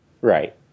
Right